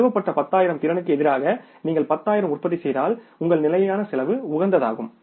நிறுவப்பட்ட 10 ஆயிரம் திறனுக்கு எதிராக நீங்கள் 10 ஆயிரம் உற்பத்தி செய்தால் உங்கள் நிலையான செலவு உகந்ததாகும்